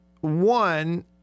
One